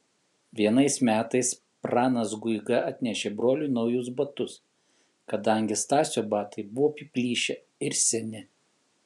vienais metais pranas guiga atnešė broliui naujus batus kadangi stasio batai buvo apiplyšę ir seni